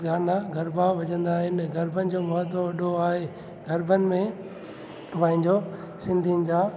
गाना गरबा वॼंदा आहिनि गरबनि जो महत्व वॾो आहे गरबनि में पंहिंजो सिंधियुनि जा